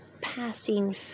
passing